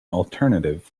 alternative